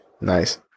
Nice